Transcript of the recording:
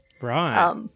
Right